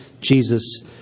Jesus